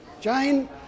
Jane